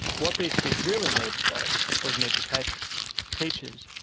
what these kids really needed though was an education teachers,